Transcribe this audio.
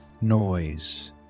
noise